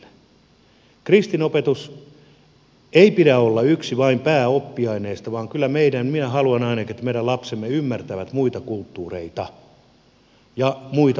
kristinopetuksen ei pidä olla vain yksi pääoppiaineista vaan kyllä minä haluan ainakin että meidän lapsemme ymmärtävät muita kulttuureita ja muita uskontoja